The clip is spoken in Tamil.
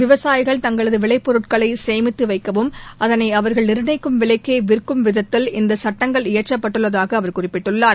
விவசாயிகள் தங்களது விளைப்பொருட்களை சேமித்து வைக்கவும் அதனை அவர்கள் நிர்ணயிக்கும் விலைக்கே விற்கும் விதத்தில் இந்த சட்டங்கள் இயற்றப்பட்டுள்ளதாக அவர் குறிப்பிட்டார்